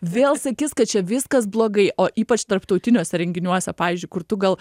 vėl sakys kad čia viskas blogai o ypač tarptautiniuose renginiuose pavyzdžiui kur tu gal